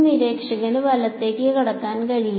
നിരീക്ഷകന് വലത്തേക്ക് കടക്കാൻ കഴിയില്ല